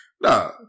nah